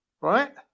Right